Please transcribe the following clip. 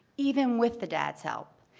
even with the dad's help,